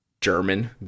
German